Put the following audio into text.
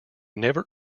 never